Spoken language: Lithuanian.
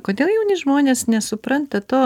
kodėl jauni žmonės nesupranta to